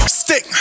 stick